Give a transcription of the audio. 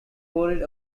worried